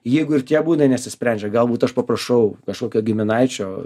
jeigu ir tie būdai nesisprendžia galbūt aš paprašau kažkokio giminaičio